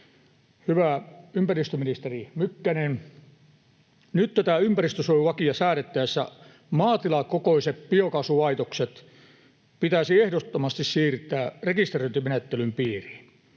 Hyvä ympäristöministeri Mykkänen, nyt tätä ympäristönsuojelulakia säädettäessä maatilakokoiset biokaasulaitokset pitäisi ehdottomasti siirtää rekisteröintimenettelyn piiriin.